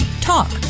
talk